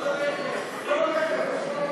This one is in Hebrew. ומשפט בעניין הכרזה על מצב חירום